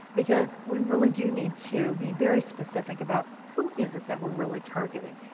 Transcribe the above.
because we really do need to be very specific about who is it that we're really targeting.